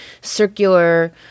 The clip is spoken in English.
circular